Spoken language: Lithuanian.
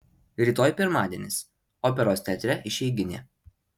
rytoj pirmadienis operos teatre išeiginė